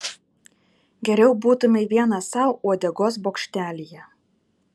geriau būtumei vienas sau uodegos bokštelyje